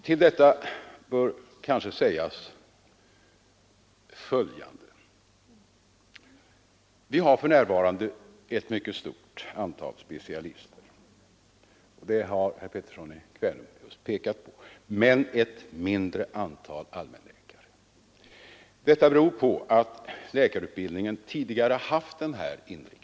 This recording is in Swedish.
Till detta vill jag tillägga följande. Vi har för närvarande ett mycket stort antal specialister — det har herr Pettersson i Kvänum just pekat på — men ett mindre antal allmänläkare. Detta beror på att läkarutbildningen tidigare haft sådan inriktning.